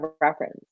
reference